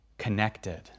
connected